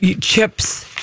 Chips